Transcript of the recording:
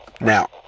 Now